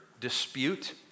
dispute